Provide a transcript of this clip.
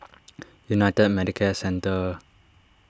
United Medicare Centre